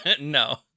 No